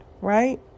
right